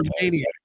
maniacs